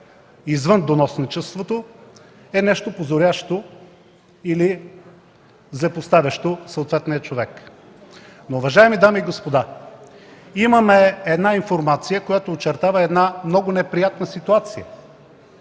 извън доносничеството, е нещо позорящо или злепоставящо съответния човек. Но, уважаеми дами и господа, имаме информация, която очертава една много неприятна ситуация.